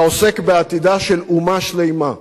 אתה עוסק בעתידה של אומה שלמה,